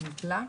ניטלה?